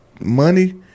money